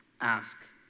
ask